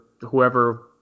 whoever